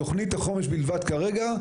תוכנית החומש בלבד כרגע.